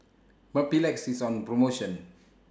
Mepilex IS on promotion